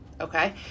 Okay